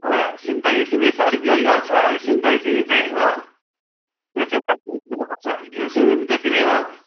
सिमतामे सिमी छ अलिक महँगो छ यो सिमतामे सिमी चाहिँ हो त्यो चाहिँ साठी रुपियाँ किलोको छ घिउ सिमी पनि त्यति नै हो